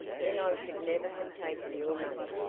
then i should never have taken your money.